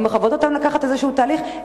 לא מחייבים אותן לקחת איזשהו תהליך,